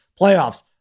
Playoffs